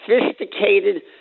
sophisticated